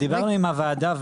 דיברנו עם הוועדה.